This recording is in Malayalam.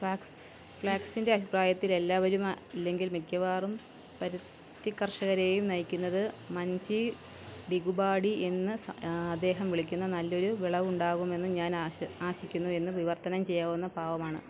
ഫ്ലാക്സിന്റെ അഭിപ്രായത്തിൽ എല്ലാവരും അല്ലെങ്കില് മിക്കവാറും പരുത്തിക്കർഷകരെയും നയിക്കുന്നത് മൻചി ഡിഗുബാഡി എന്ന് അദ്ദേഹം വിളിക്കുന്ന നല്ലൊരു വിളവുണ്ടാകുമെന്ന് ഞാൻ ആശിക്കുന്നു എന്നു വിവര്ത്തനം ചെയ്യാവുന്ന ഭാവമാണ്